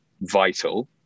vital